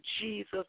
Jesus